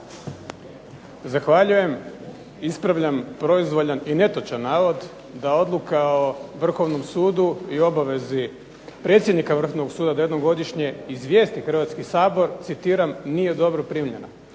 Zahvaljujem. Ispravljam proizvoljan i netočan navod da odluka o Vrhovnom sudu i obavezi predsjednika Vrhovnog suda da jednom godišnje izvijesti Hrvatski sabor citiram nije dobro primljena,